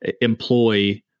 employ